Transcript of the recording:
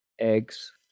eggs